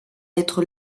être